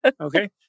Okay